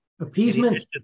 Appeasement